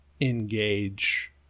engage